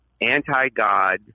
anti-God